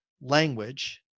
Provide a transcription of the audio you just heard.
language